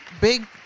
big